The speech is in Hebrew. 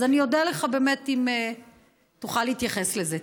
אז אני אודה לך, באמת, אם תוכל להתייחס לזה.